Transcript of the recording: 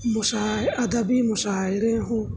مشائے ادبی مشاعرے ہوں